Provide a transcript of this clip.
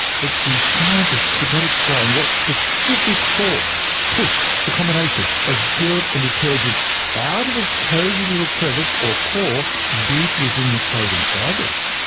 but the scientists could not explain what specific force pushed the combination of dirt and detergent out of its cosy little crevice or core, deep within the clothing fibres.